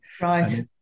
Right